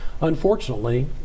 Unfortunately